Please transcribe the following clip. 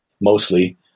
mostly